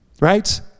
right